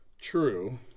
true